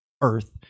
earth